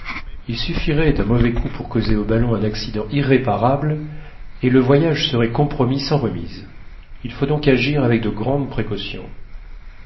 il suffirait d'un mauvais coup pour causer au ballon un accident irréparable et le voyage serait compromis sans remise il faut donc agir avec de grandes précautions